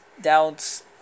doubts